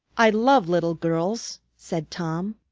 i love little girls, said tom,